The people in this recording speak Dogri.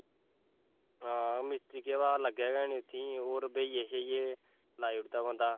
हां मिस्त्री केह् पता लग्गै गै निं और भेइये शेइये लाई ओड़दा बंदा